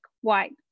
white